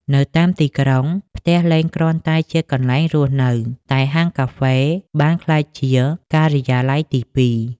នៅតាមទីក្រុង ផ្ទះលែងគ្រាន់តែជាកន្លែងរស់នៅ តែហាងកាហ្វេបានក្លាយជា "ការិយាល័យទី២"។